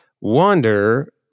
wonder